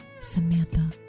Samantha